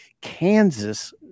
Kansas